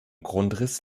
grundriss